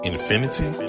Infinity